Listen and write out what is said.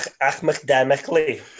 Academically